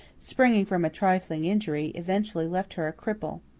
springing from a trifling injury eventually left her a cripple.